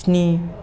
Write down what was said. स्नि